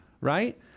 Right